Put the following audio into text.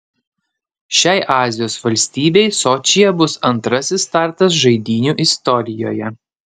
šiai azijos valstybei sočyje bus antrasis startas žaidynių istorijoje